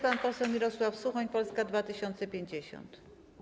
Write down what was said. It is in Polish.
Pan poseł Mirosław Suchoń, Polska 2050.